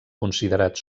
considerat